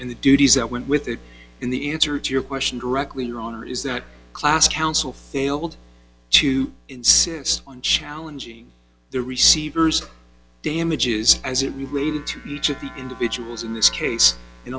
and the duties that went with it in the answer to your question directly your honor is that class counsel failed to insist on challenging the receivers damages as it related to each of the individuals in this case and